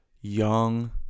young